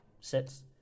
Sits